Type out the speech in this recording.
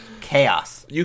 Chaos